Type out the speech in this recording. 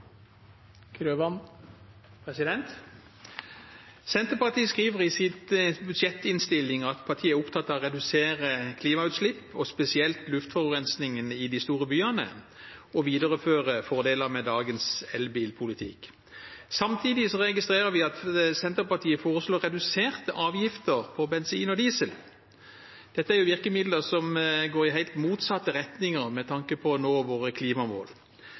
opptatt av å redusere klimagassutslipp, spesielt luftforurensningen i de store byene, og vil videreføre fordelene med dagens elbilpolitikk. Samtidig registrerer vi at Senterpartiet foreslår reduserte avgifter på bensin og diesel. Dette er virkemidler som går i helt motsatt retning med tanke på å nå våre klimamål.